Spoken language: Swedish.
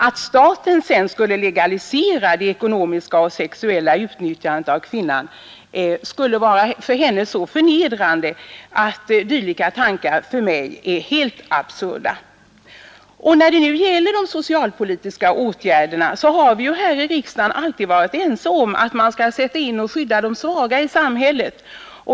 Att staten sedan skulle legalisera det ekonomiska och sexuella utnyttjandet av kvinnan vore för henne så förnedrande att dylika tankar för mig är helt absurda. Och när det nu gäller de socialpolitiska åtgärderna, så har vi ju här i riksdagen alltid varit ense om att man skall sätta in åtgärder för att skydda de svaga i samhället.